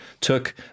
took